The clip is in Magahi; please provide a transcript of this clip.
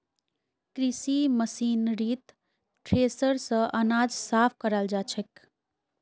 कृषि मशीनरीत थ्रेसर स अनाज साफ कराल जाछेक